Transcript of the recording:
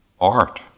art